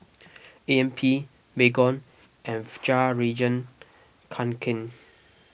A M P Baygon and Fjallraven Kanken